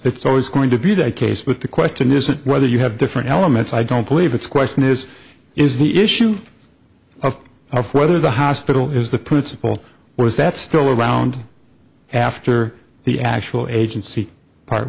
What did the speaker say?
it's always going to be the case but the question isn't whether you have different elements i don't believe it's question is is the issue of our father the hospital is the principal or is that still around after the actual agency part